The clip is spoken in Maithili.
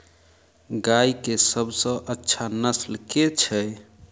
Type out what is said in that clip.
गाय केँ सबसँ अच्छा नस्ल केँ छैय?